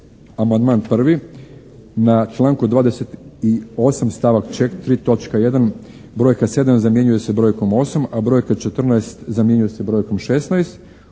Amandman 1. na članak 28. stavak 4. točka 1. brojka: "7" zamjenjuje se brojkom: "8" a brojka: "14" zamjenjuje se brojkom "16",